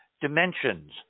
dimensions